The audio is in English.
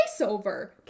voiceover